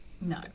no